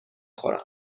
خورم